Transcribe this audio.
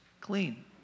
clean